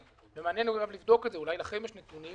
מעניין לבדוק את זה, אולי לכם יש נתונים.